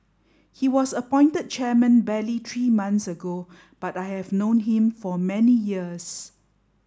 he was appointed chairman barely three months ago but I have known him for many years